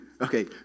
Okay